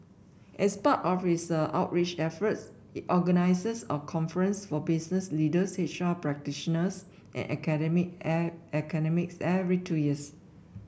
as part of its outreach efforts it organises a conference for business leaders H R practitioners and academics every two years